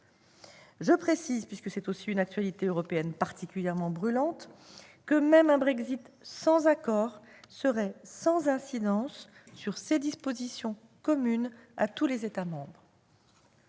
Je précise, puisque c'est aussi une actualité européenne particulièrement brûlante, que même un Brexit sans accord serait sans incidence sur ces dispositions communes à tous les États membres.